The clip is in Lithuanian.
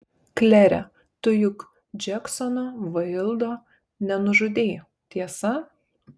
klere tu juk džeksono vaildo nenužudei tiesa